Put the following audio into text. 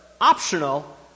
optional